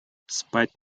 спать